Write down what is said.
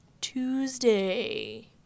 Tuesday